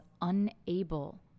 unable